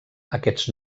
aquests